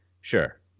sure